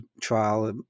trial